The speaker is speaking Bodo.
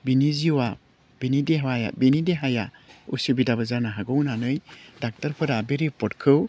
बिनि जिउआ बिनि देहा बिनि देहाया उसुबिदाबो जानो हागौ होन्नानै डाक्टरफोरा बे रिपर्टखौ